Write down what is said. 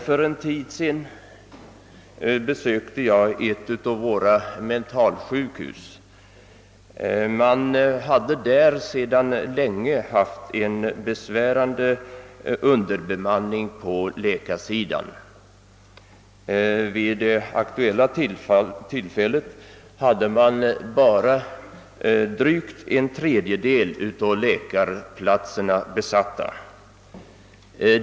För en tid sedan besökte jag ett av våra mentalsjukhus. Man hade där sedan länge haft en mycket besvärande underbemanning på läkarsidan. Vid det aktuella tillfället var endast drygt en tredjedel av läkarplatserna besatta.